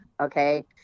Okay